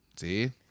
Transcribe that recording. See